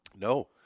No